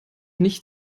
nicht